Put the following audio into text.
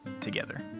together